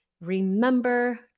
Remember